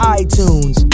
iTunes